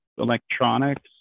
electronics